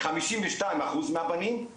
52 אחוז מהבנים,